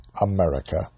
America